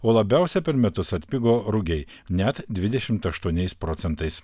o labiausiai per metus atpigo rugiai net dvidešimt aštuoniais procentais